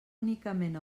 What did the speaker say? únicament